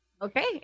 Okay